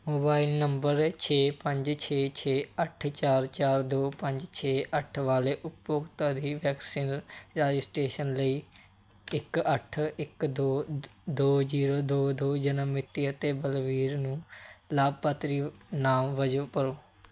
mobile number ਛੇ ਪੰਜ ਛੇ ਛੇ ਅੱਠ ਚਾਰ ਚਾਰ ਦੋ ਪੰਜ ਛੇ ਅੱਠ ਵਾਲੇ ਉਪਭੋਗਤਾ ਦੀ ਵੈਕਸੀਨ ਰਜਿਸਟ੍ਰੇਸ਼ਨ ਲਈ ਇੱਕ ਅੱਠ ਇੱਕ ਦੋ ਦੋ ਜੀਰੋ ਦੋ ਦੋ ਜਨਮ ਮਿਤੀ ਅਤੇ ਬਲਬੀਰ ਨੂੰ ਲਾਭਪਾਤਰੀ ਨਾਮ ਵਜੋਂ ਭਰੋ